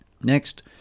Next